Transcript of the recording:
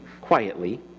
quietly